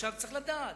עכשיו צריך לדעת.